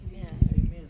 Amen